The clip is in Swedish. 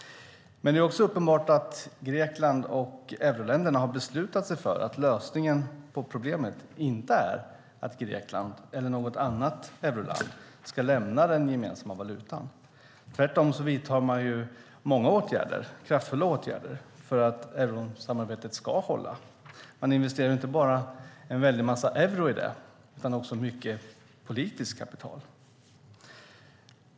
Men det är också uppenbart att Grekland och euroländerna har beslutat sig för att lösningen på problemet inte är att Grekland eller något annat euroland ska lämna den gemensamma valutan. Tvärtom vidtar man många åtgärder, kraftfulla åtgärder, för att eurosamarbetet ska hålla. Man investerar inte bara en väldig massa euro i det utan också mycket politiskt kapital.